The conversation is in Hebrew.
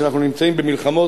שאנחנו נמצאים במלחמות,